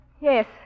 Yes